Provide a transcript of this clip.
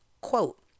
quote